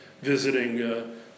visiting